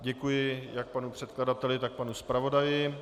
Děkuji jak panu předkladateli, tak panu zpravodaji.